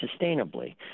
sustainably